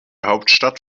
hauptstadt